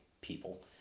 people